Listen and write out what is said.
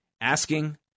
asking